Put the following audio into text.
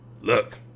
Look